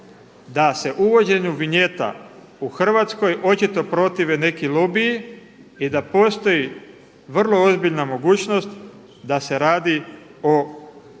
da se uvođenju vinjeta u Hrvatskoj očito protive neki lobiji i da postoji vrlo ozbiljna mogućnost da se radi o utaji